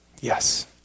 Yes